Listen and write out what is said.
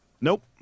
Nope